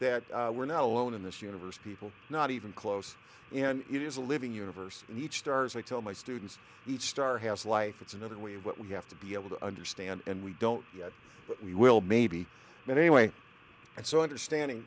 that we're not alone in this universe people not even close and it is a living universe and each stars i tell my students each star has life it's another way of what we have to be able to understand and we don't yet but we will maybe not anyway and so understanding